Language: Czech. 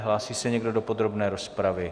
Hlásí se někdo do podrobné rozpravy?